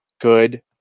Good